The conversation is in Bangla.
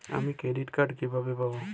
আমি ক্রেডিট কার্ড কিভাবে পাবো?